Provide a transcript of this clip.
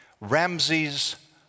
Ramses